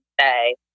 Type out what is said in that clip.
say